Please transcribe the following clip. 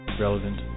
Relevant